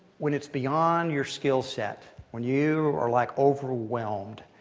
when it's beyond your skill set, when you are like overwhelmed.